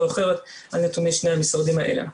או אחרת על נתוני שני המשרדים האלה.